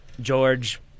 George